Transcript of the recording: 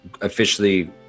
officially